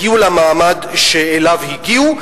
הגיעו למעמד שאליו הגיעו,